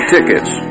Tickets